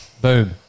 Boom